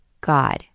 God